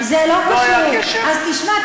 אז תשמע,